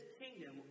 kingdom